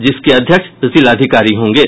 जिसके अध्यक्ष जिलाधिकारी होंगे